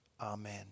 Amen